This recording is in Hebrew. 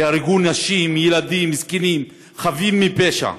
ייהרגו נשים, ילדים, זקנים, חפים מפשע.